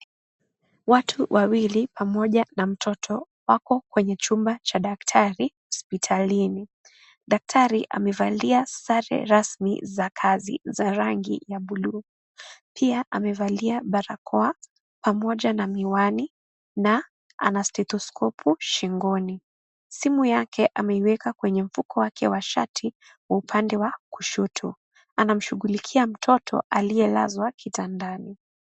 Watu wawili pamoja na mtoto wako kwenye chumba cha daktari hospitalini. Daktari amevalia sare rasmi za kazi za rangi ya buluu. Pia amevalia barakoa pamoja na miwani na ana stethoskopu shingoni. Simu yake ameiweka kwenye mfuko wake wa shati wa upande wa kushoto. Anamshughulikia mtoto aliyelazwa kitandani.